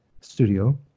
studio